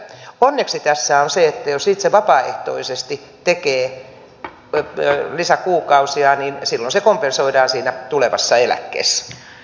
onneksi tässä on se että jos itse vapaaehtoisesti tekee lisäkuukausia niin silloin se kompensoidaan siinä tulevassa eläkkeessä